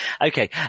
Okay